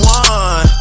one